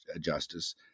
justice